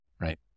right